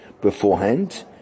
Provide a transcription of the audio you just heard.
beforehand